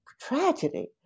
tragedy